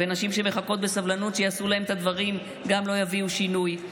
וגם נשים שמחכות בסבלנות שיעשו להן את הדברים לא יביאו שינוי,